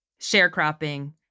sharecropping